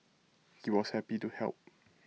he was happy to help